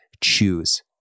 choose